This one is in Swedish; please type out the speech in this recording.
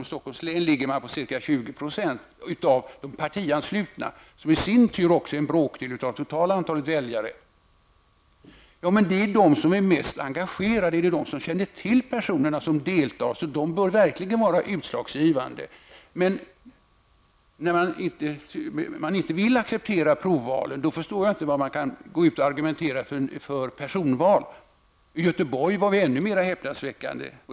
I Stockholms län ligger man på ca 20 % av de partianslutna, vilka i sin tur utgör en bråkdel av det totala antalet väljare. Det hävdas då att det är dessa som är mest engagerade och känner de personer som ställer upp i provvalet och att provvalet därför verkligen bör vara utslagsgivande. Men när man inte vill acceptera resultatet av provvalen kan jag inte förstå hur man kan argumentera för personval. I Göteborg var det ännu mer häpnadsväckande.